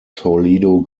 toledo